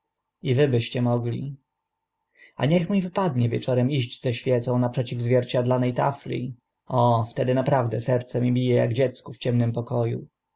i wy byście mogli a niech mi wypadnie wieczorem iść ze świecą naprzeciw zwierciadlane tafli o wtedy naprawdę serce mi bije ak dziecku w ciemnym poko